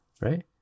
right